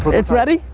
it's ready,